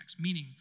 meaning